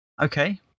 okay